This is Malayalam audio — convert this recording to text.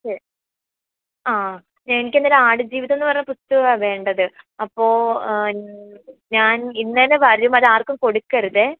ഓക്കെ ആ എനിക്ക് എന്തായാലും ആടുജീവിതം എന്ന് പറഞ്ഞ പുസ്തകമാ വേണ്ടത് അപ്പോൾ ഞാൻ ഇന്ന് തന്നെ വരും അത് ആർക്കും കൊടുക്കരുതേ